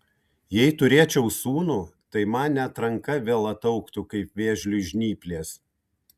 jei turėčiau sūnų tai man net ranka vėl ataugtų kaip vėžliui žnyplės